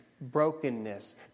brokenness